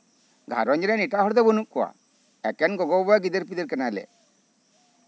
ᱜᱷᱟᱨᱚᱸᱡᱽ ᱨᱮᱱ ᱮᱴᱟᱜ ᱦᱚᱲ ᱦᱚᱲ ᱫᱚ ᱵᱟᱹᱱᱩᱜ ᱠᱚᱣᱟ ᱮᱠᱮᱱ ᱜᱚᱜᱚ ᱵᱟᱵᱟ ᱜᱤᱫᱽᱨᱟᱹ ᱠᱟᱱᱟᱞᱮ